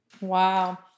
Wow